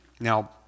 Now